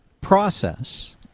process